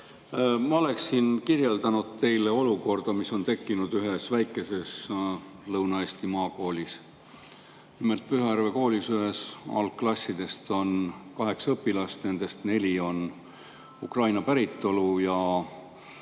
Ma kirjeldan olukorda, mis on tekkinud ühes väikeses Lõuna-Eesti maakoolis. Nimelt, Pühajärve kooli ühes algklassis on kaheksa õpilast, nendest neli on ukraina päritolu ja